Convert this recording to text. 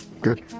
Good